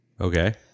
Okay